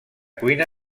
cuina